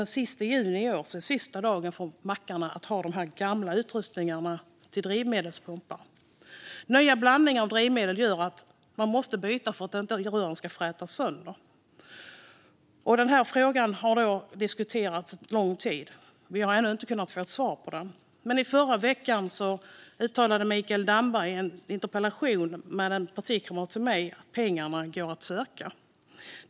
Den 30 juni i år är sista dagen då mackar får ha gammal utrustning till drivmedelspumpar. Nya blandningar av drivmedel gör att man måste byta för att inte rören ska frätas sönder. Denna fråga har diskuterats under lång tid, men vi har ännu inte kunnat få något svar. I förra veckan uttalade dock Mikael Damberg i en interpellationsdebatt med en partikamrat till mig att pengarna går att söka.